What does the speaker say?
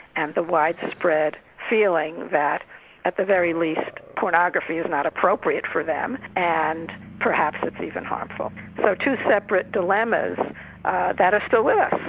and the widespread feeling that at the very least, pornography is not appropriate for them, and perhaps it's even harmful. so two separate dilemmas that are still with